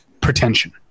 pretension